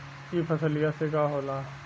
ई फसलिया से का होला?